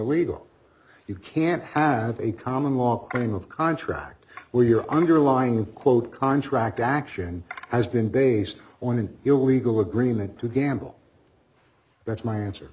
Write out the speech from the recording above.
illegal you can't have a common law kind of contract where your underlying quote contract action has been based on an illegal agreement to gamble that's my answer